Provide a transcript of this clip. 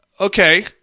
Okay